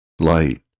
Light